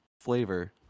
flavor